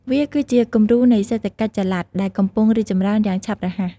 វាគឺជាគំរូនៃសេដ្ឋកិច្ចចល័តដែលកំពុងរីកចម្រើនយ៉ាងឆាប់រហ័ស។